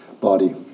body